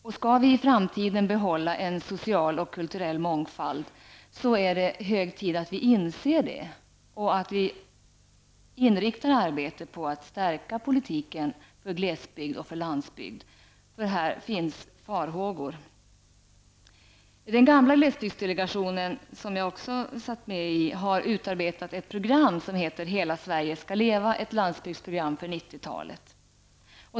Om vi i framtiden skall kunna behålla en social och kulturell mångfald, är det hög tid att vi inser detta och att vi inriktar arbetet på att stärka landsbygdsoch glesbygdspolitiken, för det finns farhågor. I den gamla glesbygdsdelationen, som jag också satt med i, utarbetades ett progam som heter Hela Sverige skall leva! -- ett landsbygdsprogram för 90 talet.